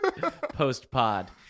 post-pod